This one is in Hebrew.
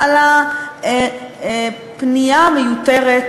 על הפנייה המיותרת